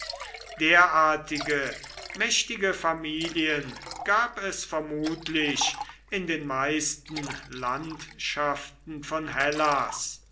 derartige mächtige familien gab es vermutlich in den meisten landschaften von hellas